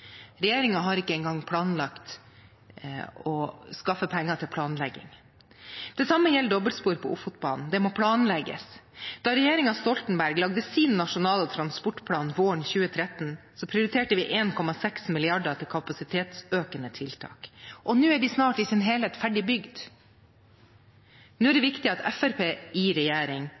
har ikke engang planlagt å skaffe penger til planlegging. Det samme gjelder dobbeltspor på Ofotbanen – det må planlegges. Da regjeringen Stoltenberg lagde sin nasjonale transportplan våren 2013, prioriterte den 1,6 mrd. kr til kapasitetsøkende tiltak, og nå er de snart i sin helhet ferdig bygd. Nå er det viktig at Fremskrittspartiet i regjering